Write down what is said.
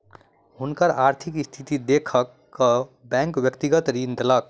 हुनकर आर्थिक स्थिति देख कअ बैंक व्यक्तिगत ऋण देलक